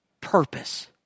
purpose